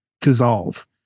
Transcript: dissolve